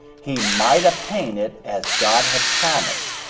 he might obtain it as god had promised.